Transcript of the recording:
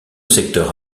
secteur